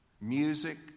music